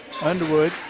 Underwood